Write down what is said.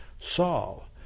Saul